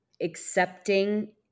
accepting